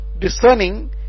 discerning